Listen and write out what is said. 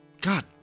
god